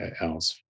else